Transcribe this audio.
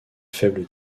faible